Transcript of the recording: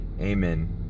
Amen